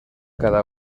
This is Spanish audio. cada